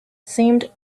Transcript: seemed